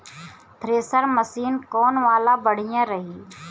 Thresher machine कौन वाला बढ़िया रही?